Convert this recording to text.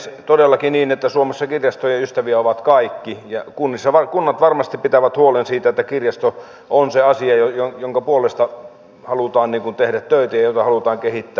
on todellakin niin että suomessa kirjastojen ystäviä ovat kaikki ja kunnat varmasti pitävät huolen siitä että kirjasto on se asia jonka puolesta halutaan tehdä töitä ja jota halutaan kehittää